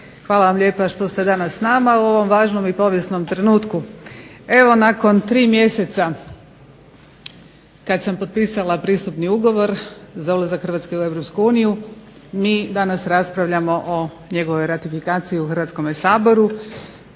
Hvala vam lijepa što ste danas s nama u ovom važnom i povijesnom trenutku. Evo nakon 3 mjeseca kad sam potpisala Pristupni ugovor za ulazak Hrvatske u EU mi danas raspravljamo o njegovoj ratifikaciji u Hrvatskome saboru.